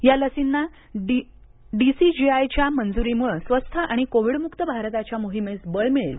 या लसींना डीसीजीआयच्या मंज्रीमुळे स्वस्थ आणि कोविडमुक्त आरताच्या मोहीमेस बळ मिळेल